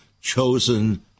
chosen